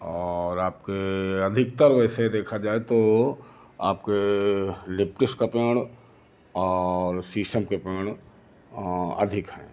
और आपके अधिकतर वैसे देखा जाए तो आपके लिपटिस के पेड़ और शीशम के पेड़ अधिक हैं